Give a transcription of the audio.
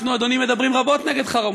אנחנו, אדוני, מדברים רבות נגד חרמות.